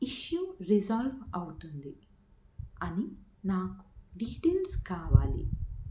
issue resolve అవుతుంది అని నాకు డీటెయిల్స్ కావాలి